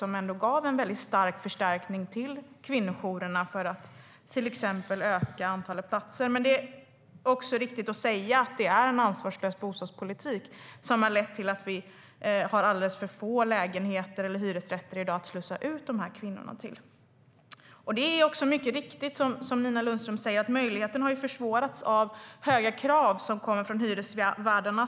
Det hade gett en stor förstärkning till kvinnojourerna för att till exempel öka antalet platser. Det är dock även riktigt att säga att det är en ansvarslös bostadspolitik som har lett till att vi i dag har alldeles för få hyresrätter att slussa ut de här kvinnorna till. Som Nina Lundström säger är det också mycket riktigt så att möjligheten har försvårats av de höga kraven från hyresvärdarna.